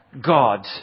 God